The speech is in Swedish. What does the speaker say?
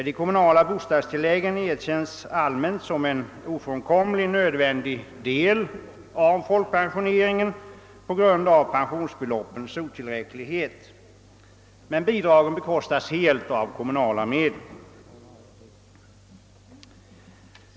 De kommunala bostadstilläggen erkänns allmänt som en ofrånkomlig, nödvändig del av folkpensioneringen på grund av pensionsbeloppens otillräcklighet, men bidragen bekostas helt av kommunala medel.